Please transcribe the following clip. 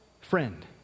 friend